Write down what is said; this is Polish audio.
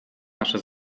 nasze